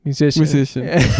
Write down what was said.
musician